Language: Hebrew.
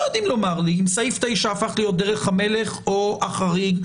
יודעים לומר לי אם סעיף 9 הפך להיות דרך המלך או החריג,